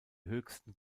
höchsten